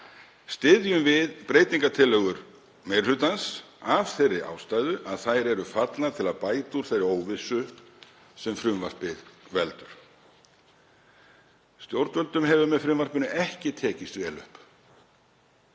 styðjum við breytingartillögur meiri hlutans, af þeirri ástæðu að þær eru fallnar til að bæta úr þeirri óvissu sem frumvarpið veldur. Stjórnvöldum hefur með frumvarpinu ekki tekist vel upp